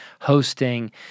hosting